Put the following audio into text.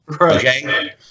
Okay